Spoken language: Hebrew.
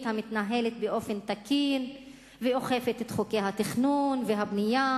המתנהלת באופן תקין ואוכפת את חוקי התכנון והבנייה,